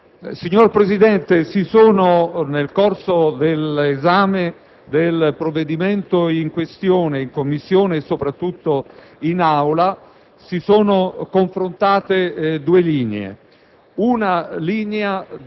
Signor Presidente, nel corso dell'esame del provvedimento in Commissione, e soprattutto in Aula, si sono confrontate due linee.